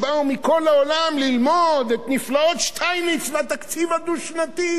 מכל העולם ללמוד את נפלאות שטייניץ והתקציב הדו-שנתי.